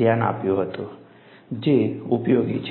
ધ્યાન આપ્યું હતું જે ઉપયોગી છે